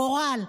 קורל,